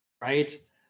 Right